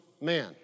man